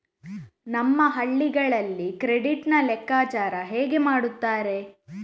ನಮ್ಮ ಹಳ್ಳಿಗಳಲ್ಲಿ ಕ್ರೆಡಿಟ್ ನ ಲೆಕ್ಕಾಚಾರ ಹೇಗೆ ಮಾಡುತ್ತಾರೆ?